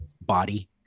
body